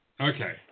okay